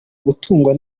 gutungwa